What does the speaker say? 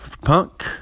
Punk